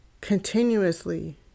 continuously